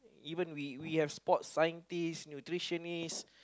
even we we have sports scientists nutritionists